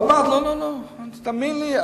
עוד מעט, תאמין לי.